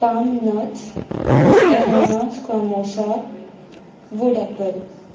palm nuts annona squamosa wood Apple